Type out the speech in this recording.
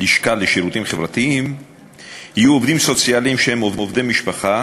לשכה לשירותים חברתיים יהיו עובדים סוציאליים שהם עובדי משפחה